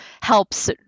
helps